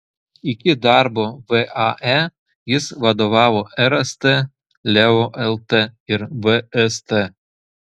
iki darbo vae jis vadovavo rst leo lt ir vst